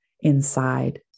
inside